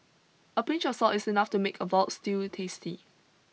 a pinch of salt is enough to make a vault stew tasty